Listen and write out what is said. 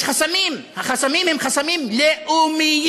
יש חסמים, החסמים הם חסמים לאומיים,